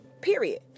period